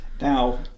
Now